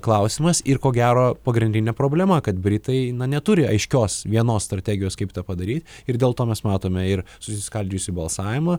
klausimas ir ko gero pagrindinė problema kad britai na neturi aiškios vienos strategijos kaip tą padaryt ir dėl to mes matome ir susiskaldžiusį balsavimą